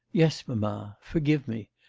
yes, mamma. forgive me.